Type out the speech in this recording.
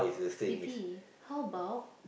baby how about